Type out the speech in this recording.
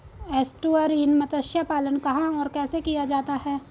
Estuarine मत्स्य पालन कहां और कैसे किया जाता है?